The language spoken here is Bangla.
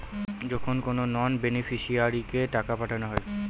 যখন কোনো নন বেনিফিশিয়ারিকে টাকা পাঠানো হয়